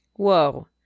Whoa